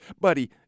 Buddy